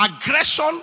aggression